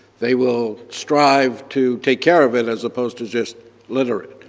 they will strive to take care of it as opposed to just littering.